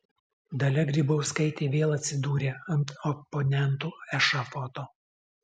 dalia grybauskaitė vėl atsidūrė ant oponentų ešafoto